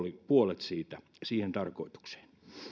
puolet siitä siihen tarkoitukseen